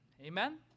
amen